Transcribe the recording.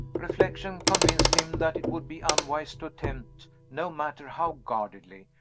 reflection convinced him that it would be unwise to attempt, no matter how guardedly,